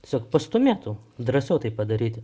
tiesiog pastūmėtų drąsiau tai padaryti